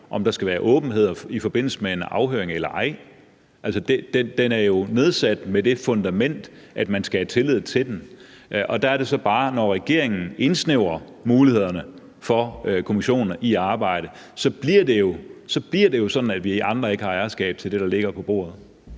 om der skal være åbenhed i forbindelse med en afhøring eller ej. Den er jo nedsat med det fundament, at man skal have tillid til den, og der bliver det, når regeringen indsnævrer mulighederne for kommissionen for at arbejde, jo så bare sådan, at vi andre ikke har ejerskab til det, der ligger på bordet.